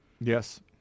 Yes